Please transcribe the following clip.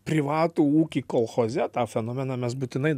privatų ūkį kolchoze tą fenomeną mes būtinai